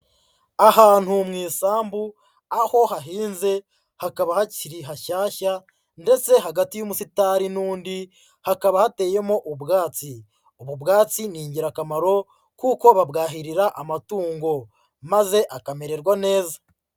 Ahantu mu isambu aho hahinze hakaba hakiri hashyashya ndetse hagati y'umusitari n'undi hakaba hateyemo ubwatsi, ubu bwatsi ni ingirakamaro kuko babwahirira amatungo maze akamererwa neza.